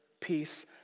peace